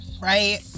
right